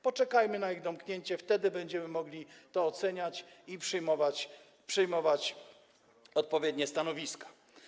Poczekajmy na ich domknięcie, wtedy będziemy mogli to oceniać i przyjmować odpowiednie stanowiska.